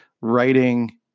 writing